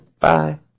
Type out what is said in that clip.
Bye